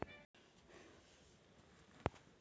अदरक ला कोन महीना मा लगाबो ता ओहार मान बेडिया होही?